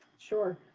sure.